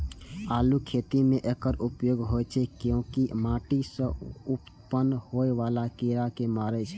आलूक खेती मे एकर उपयोग होइ छै, कियैकि ई माटि सं उत्पन्न होइ बला कीड़ा कें मारै छै